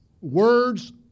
Words